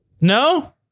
No